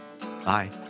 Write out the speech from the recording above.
Bye